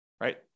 right